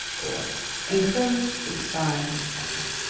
or enclosed please find, etc.